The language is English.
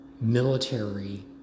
military